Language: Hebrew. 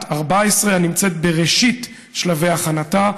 הנמצאת בראשית שלבי הכנתה.